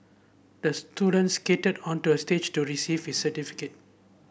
the student skated onto a stage to receive his certificate